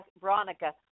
Veronica